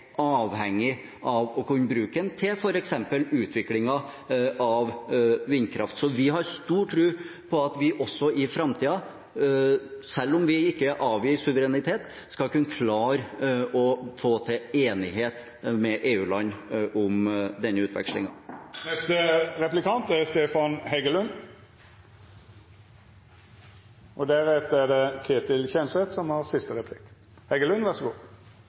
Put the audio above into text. avhengig av å kunne bruke den til f.eks. utviklingen av vindkraft. Så vi har stor tro på at vi også i framtiden – selv om vi ikke avgir suverenitet – skal kunne klare å få til enighet med EU-land om denne